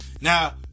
Now